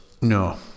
No